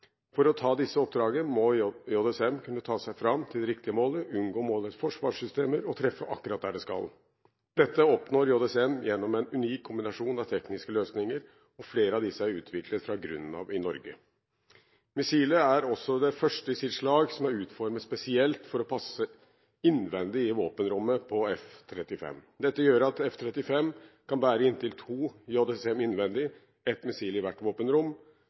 For å ta disse oppdragene må JSM kunne ta seg fram til det riktige målet, unngå målets forsvarssystemer og treffe akkurat der det skal. Dette oppnår JSM gjennom en unik kombinasjon av tekniske løsninger. Flere av disse er utviklet fra grunnen av i Norge. Missilet er også det første i sitt slag som er utformet spesielt for å passe innvendig i våpenrommet på F-35. Dette gjør at F-35 kan bære inntil to JSM innvendig – ett missil i hvert våpenrom.